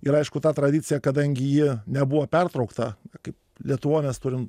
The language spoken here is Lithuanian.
ir aišku ta tradicija kadangi ji nebuvo pertraukta kaip lietuvoj mes turim